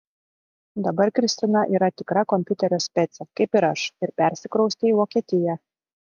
dabar kristina yra tikra kompiuterio specė kaip ir aš ir persikraustė į vokietiją